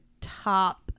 top